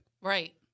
Right